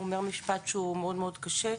הוא אומר משפט שהוא מאוד מאוד קשה.